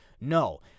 No